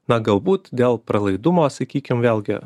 na galbūt dėl pralaidumo sakykim vėlgi